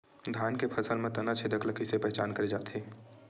धान के फसल म तना छेदक ल कइसे पहचान करे जाथे?